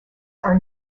are